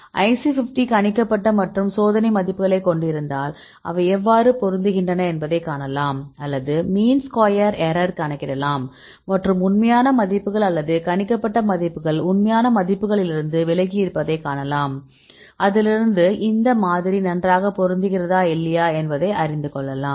IC50 கணிக்கப்பட்ட மற்றும் சோதனை மதிப்புகளை கொண்டிருந்தால் அவை எவ்வாறு பொருந்துகின்றன என்பதைக் காணலாம் அல்லது மீன் ஸ்கொயர் எரர் கணக்கிடலாம் மற்றும் உண்மையான மதிப்புகள் அல்லது கணிக்கப்பட்ட மதிப்புகள் உண்மையான மதிப்புகளிலிருந்து விலகியிருப்பதை காணலாம் அதிலிருந்து இந்த மாதிரி நன்றாக பொருந்துகிறதா இல்லையா என்பதை அறிந்து கொள்ளலாம்